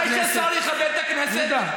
אני מבקש, יהודה,